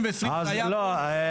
ברקוביץ בדיון ב-2020 היה פה --- משה,